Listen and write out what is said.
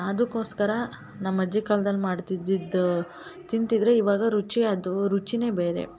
ಅದಕ್ಕೋಸ್ಕರ ನಮ್ಮ ಅಜ್ಜಿ ಕಾಲ್ದಲ್ಲಿ ಮಾಡ್ತಿದ್ದಿದ್ದು ತಿಂತಿದ್ದರೆ ಇವಾಗ ರುಚಿ ಅದು ರುಚಿಯೇ ಬೇರೆ